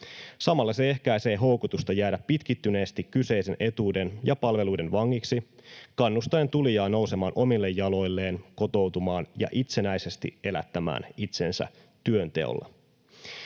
Samalla se ehkäisee houkutusta jäädä pitkittyneesti kyseisen etuuden ja palveluiden vangiksi kannustaen tulijaa nousemaan omille jaloilleen, kotoutumaan ja itsenäisesti elättämään itsensä työnteolla.